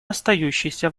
остающейся